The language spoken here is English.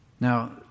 Now